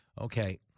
Okay